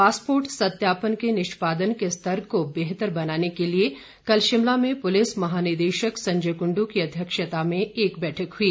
passport सत्यापन के निष्पादन के स्तर को बेहतर बनाने के लिए कल शिमला में पुलिस महानिदेशक संजय कुंडू की अध्यक्ष में एक बैठक हुई